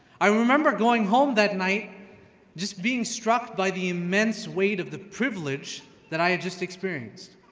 i remember going home that night just being struck by the immense weight of the privilege that i had just experienced.